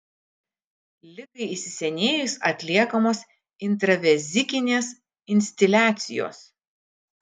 ligai įsisenėjus atliekamos intravezikinės instiliacijos